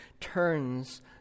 turns